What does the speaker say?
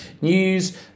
news